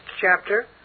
chapter